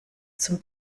zum